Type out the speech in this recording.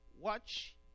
Watch